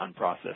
unprocessed